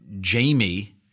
Jamie